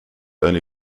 only